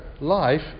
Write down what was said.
life